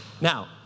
Now